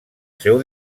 seu